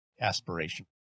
aspiration